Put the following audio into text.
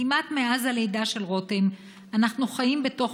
כמעט מאז הלידה של רותם אנחנו חיים בתוך